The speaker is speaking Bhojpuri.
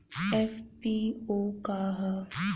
एफ.पी.ओ का ह?